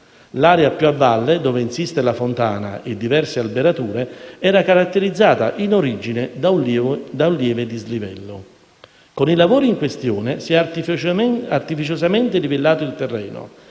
L'area più a valle dove insiste la fontana e diverse alberature era caratterizzata in origine da un lieve dislivello. Con i lavori in questione si è artificiosamente livellato il terreno